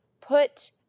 put